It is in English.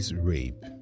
Rape